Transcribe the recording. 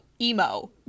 emo